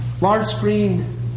large-screen